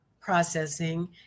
processing